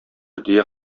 дөя